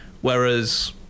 whereas